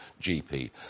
GP